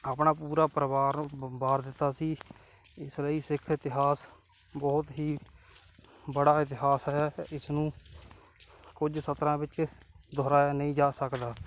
ਆਪਣਾ ਪੂਰਾ ਪਰਿਵਾਰ ਵ ਵਾਰ ਦਿੱਤਾ ਸੀ ਇਸ ਲਈ ਸਿੱਖ ਇਤਿਹਾਸ ਬਹੁਤ ਹੀ ਬੜਾ ਇਤਿਹਾਸ ਹੈ ਇਸ ਨੂੰ ਕੁਝ ਸਤਰਾਂ ਵਿੱਚ ਦੁਹਰਾਇਆ ਨਹੀਂ ਜਾ ਸਕਦਾ